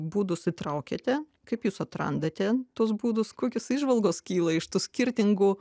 būdus įtraukėte kaip jūs atrandate tuos būdus kokios įžvalgos kyla iš tų skirtingų